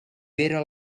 vera